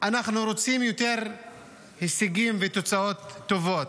אנחנו רוצים יותר הישגים ותוצאות טובות.